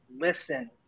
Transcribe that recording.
listen